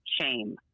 shame